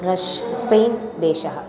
rush स्पेन्देशः